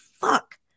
fuck